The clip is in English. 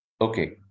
Okay